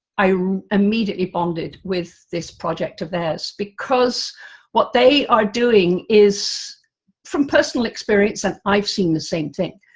i immediately bonded with this project of theirs, because what they are doing is from personal experience, and i've seen the same thing.